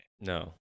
No